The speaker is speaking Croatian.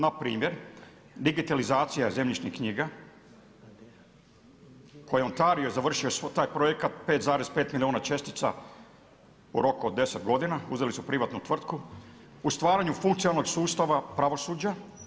Npr. digitalizacija zemljišnih knjiga … Ontario završio taj projekat 5,5 milijuna čestica, u roku od 10 godina, uzeli su privatnu tvrtku, u stvaranju funkcionalnog sustava pravosuđa.